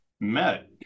met